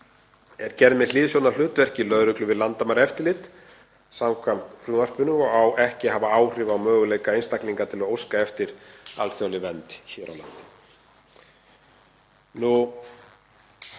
er gerð með hliðsjón af hlutverki lögreglu við landamæraeftirlit samkvæmt frumvarpinu og á ekki að hafa áhrif á möguleika einstaklinga til að óska eftir alþjóðlegri vernd hér á landi.